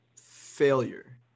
failure